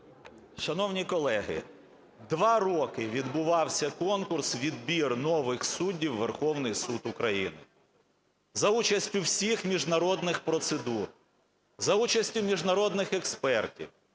Шановні колеги, два роки відбувався конкурс - відбір нових суддів у Верховний Суд України за участю всіх міжнародних процедур, за участю міжнародних експертів,